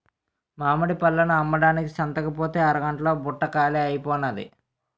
మామిడి పళ్ళను అమ్మడానికి సంతకుపోతే అరగంట్లో బుట్ట కాలీ అయిపోనాది